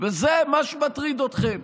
זה מה שמטריד אתכם,